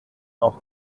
auch